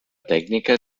tècnica